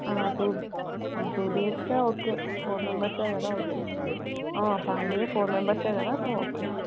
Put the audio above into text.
two two BHK okay four మెంబర్సే కదా okay ఫ్యామిలియే ఫోర్ మెంబర్సే కదా సో ఒకే